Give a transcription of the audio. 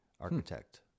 architect